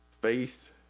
faith